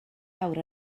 awr